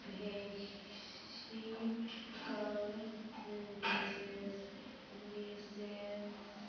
vehicle license